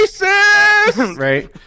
Right